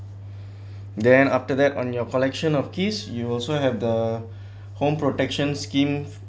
then after that on your collection of keys you also have the home protection scheme